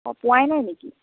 অঁ পোৱাই নাই নেকি